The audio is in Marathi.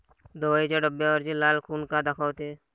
दवाईच्या डब्यावरची लाल खून का दाखवते?